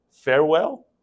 farewell